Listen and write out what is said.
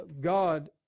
God